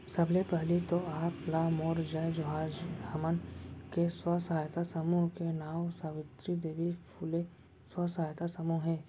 सबले पहिली तो आप ला मोर जय जोहार, हमन के स्व सहायता समूह के नांव सावित्री देवी फूले स्व सहायता समूह हे